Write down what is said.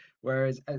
whereas